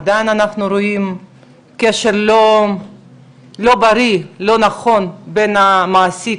עדיין אנחנו רואים קשר לא בריא ולא נכון בין המעסיק